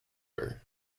her